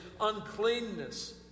uncleanness